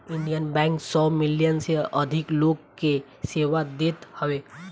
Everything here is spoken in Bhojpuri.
इंडियन बैंक सौ मिलियन से अधिक लोग के सेवा देत हवे